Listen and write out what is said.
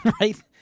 right